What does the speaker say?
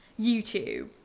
YouTube